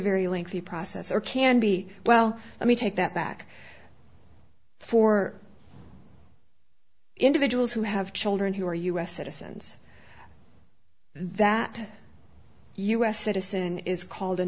very lengthy process or can be well let me take that back for individuals who have children who are u s citizens that u s citizen is called an